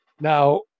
Now